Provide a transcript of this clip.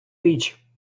річ